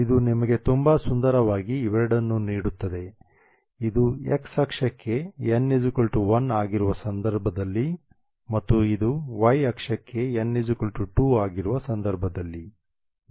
ಇದು ನಿಮಗೆ ತುಂಬಾ ಸುಂದರವಾಗಿ ಇವೆರಡನ್ನೂ ನೀಡುತ್ತದೆ ಇದು x ಅಕ್ಷಕ್ಕೆ n 1 ಆಗಿರುವ ಸಂದರ್ಭದಲ್ಲಿ ಮತ್ತು ಇದು y ಅಕ್ಷಕ್ಕೆ n 2 ಆಗಿರುವ ಸಂದರ್ಭದಲ್ಲಿ